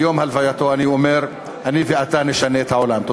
ביום הלווייתו אני אומר: "אני ואתה נשנה את העולם".